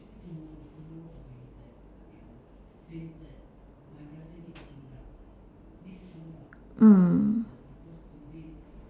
mm